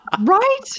right